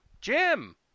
Jim